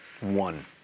One